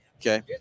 okay